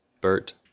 Bert